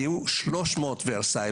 יהיו 300 ורסאי,